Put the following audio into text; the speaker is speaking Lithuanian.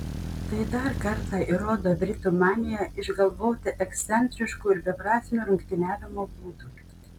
tai dar kartą įrodo britų maniją išgalvoti ekscentriškų ir beprasmių rungtyniavimo būdų